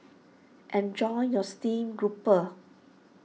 enjoy your Steamed Grouper